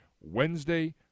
Wednesday